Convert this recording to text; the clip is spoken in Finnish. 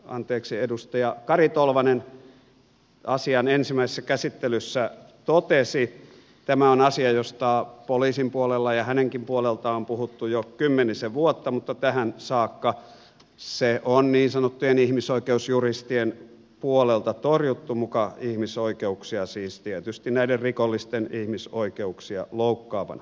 kuten edustaja kari tolvanen asian ensimmäisessä käsittelyssä totesi tämä on asia josta poliisin puolella ja hänenkin puoleltaan on puhuttu jo kymmenisen vuotta mutta tähän saakka se on niin sanottujen ihmisoikeusjuristien puolelta torjuttu muka ihmisoikeuksia siis tietysti näiden rikollisten ihmisoikeuksia loukkaavana